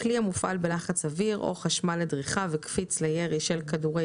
כלי המופעל בלחץ אוויר או חשמל לדריכה וקפיץ לירי של כדורי